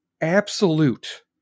absolute